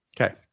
Okay